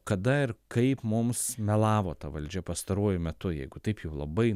kada ir kaip mums melavo ta valdžia pastaruoju metu jeigu taip jau labai